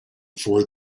for